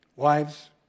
Wives